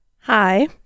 Hi